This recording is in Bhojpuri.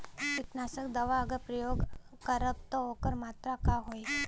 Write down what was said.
कीटनाशक दवा अगर प्रयोग करब त ओकर मात्रा का होई?